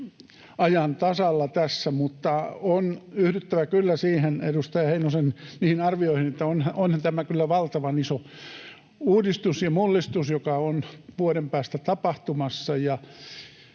ajan tasalla tässä. Mutta on yhdyttävä kyllä edustaja Heinosen arvioihin, että onhan tämä kyllä valtavan iso uudistus ja mullistus, joka on vuoden päästä tapahtumassa,